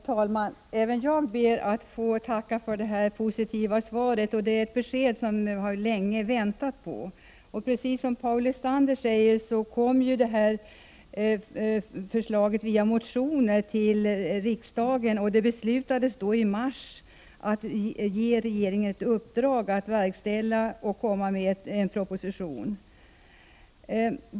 Herr talman! Även jag ber att få tacka för detta positiva svar. Det är ett besked som vi länge har väntat på. Precis som Paul Lestander sade kom förslaget till riksdagen via motioner. Riksdagen fattade beslut i mars att ge regeringen i uppdrag att verkställa beslutet genom att förelägga riksdagen en proposition.